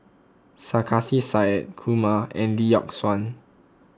Sarkasi Said Kumar and Lee Yock Suan